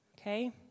Okay